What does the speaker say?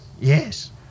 yes